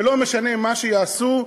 שלא משנה מה יעשו,